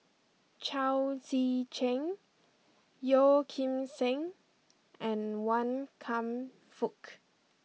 Chao Tzee Cheng Yeo Kim Seng and Wan Kam Fook